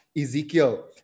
ezekiel